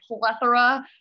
plethora